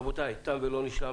רבותיי, תם ולא נשלם.